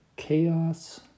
Chaos